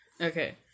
Okay